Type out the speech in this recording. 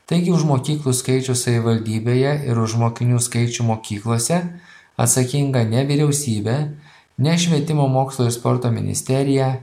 taigi už mokyklų skaičių savivaldybėje ir už mokinių skaičių mokyklose atsakinga ne vyriausybė ne švietimo mokslo ir sporto ministerija